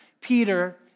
Peter